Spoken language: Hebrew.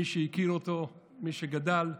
מי שהכיר אותו, מי שגדל עליו,